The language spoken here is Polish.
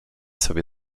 sobie